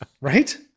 Right